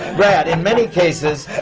brad, in many cases,